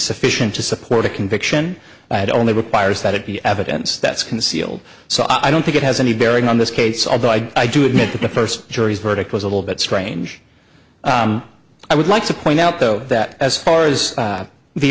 sufficient to support a conviction and only requires that it be evidence that's concealed so i don't think it has any bearing on this case although i do admit that the first jury's verdict was a little bit strange i would like to point out though that as far as